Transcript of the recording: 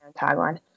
tagline